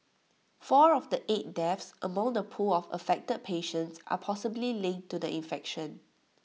four of the eight deaths among the pool of affected patients are possibly linked to the infection